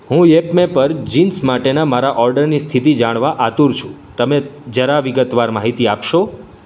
હું યેપમે પર જીન્સ માટેના મારા ઓર્ડરની સ્થિતિ જાણવા આતૂર છું તમે જરા વિગતવાર માહિતી આપશો